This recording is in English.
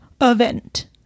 event